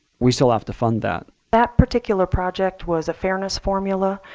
we still have to fund that. that particular project was a fairness formula.